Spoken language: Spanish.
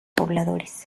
pobladores